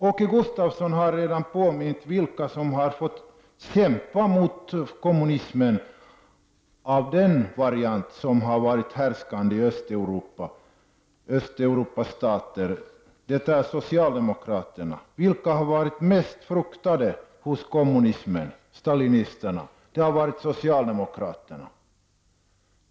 Åke Gustavsson har redan påmint om vilka som har fått kämpa mot kommunismen av den variant som har varit härskande i Östeuropas stater. Det är socialdemokraterna. Vilka har varit mest fruktade hos kommunisterna, stalinisterna? Det har varit socialdemokraterna.